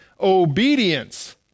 Obedience